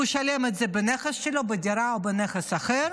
הוא ישלם על זה בנכס שלו, בדירה או בנכס אחר